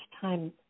time